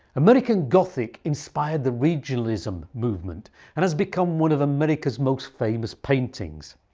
american gothic inspired the regionalism movement and has become one of america's most famous paintings.